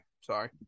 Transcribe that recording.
Sorry